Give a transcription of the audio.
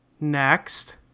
Next